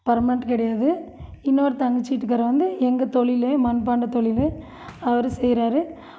permanent கிடையாது இன்னொரு தங்கச்சி வீட்டுக்காரர் வந்து எங்கள் தொழில் மண்பாண்ட தொழில் அவர் செய்கிறாரு